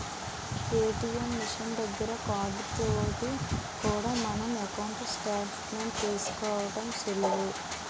ATM machine దగ్గర card తోటి కూడా మన ఎకౌంటు స్టేట్ మెంట్ తీసుకోవడం సులువు